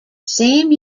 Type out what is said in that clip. same